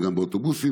גם באוטובוסים,